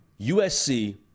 USC